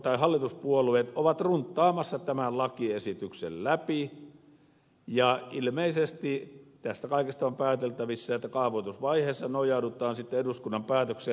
hallituspuolueet ovat runttaamassa tämän lakiesityksen läpi ja ilmeisesti tästä kaikesta on pääteltävissä että kaavoitusvaiheessa nojaudutaan sitten eduskunnan päätökseen